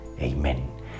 Amen